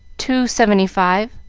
two seventy-five,